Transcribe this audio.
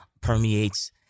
permeates